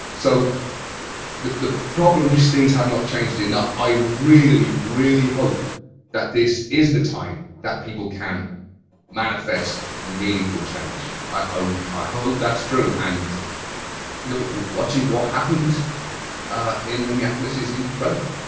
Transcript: so the the problem is things have not changed enough. i really, really hope that this is the time that people can manifest meaningful change. i i hope that's true. and watching what happened in minneapolis is incredible.